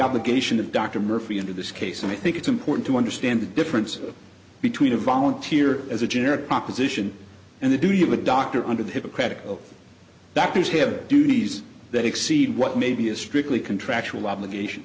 obligation of dr murphy into this case and i think it's important to understand the difference between a volunteer as a generic proposition and the duty of a doctor under the hippocratic oath doctors have duties that exceed what may be a strictly contractual obligation